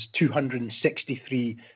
$263